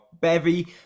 Bevy